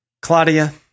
Claudia